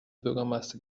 bürgermeister